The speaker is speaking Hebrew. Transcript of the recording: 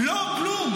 לא, כלום.